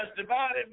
divided